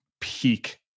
peak